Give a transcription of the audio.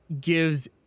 gives